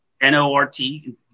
N-O-R-T